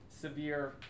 severe